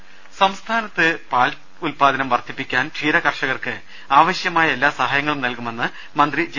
ദേദ സംസ്ഥാനത്ത് പാൽ ഉത്പാദനം വർധിപ്പിക്കാൻ ക്ഷീരകർഷകർക്ക് ആവശ്യമായ എല്ലാ സഹായങ്ങളും നൽകുമെന്ന് മന്ത്രി ജെ